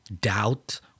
doubt